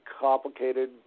complicated